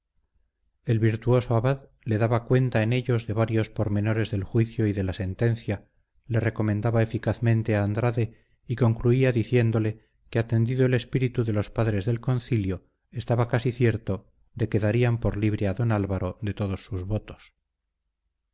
el virtuoso abad le daba cuenta en ellos de varios pormenores del juicio y de la sentencia le recomendaba eficazmente a andrade y concluía diciéndole que atendido el espíritu de los padres del concilio estaba casi cierto de que darían por libre a don álvaro de todos sus votos